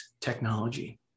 technology